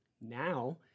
Now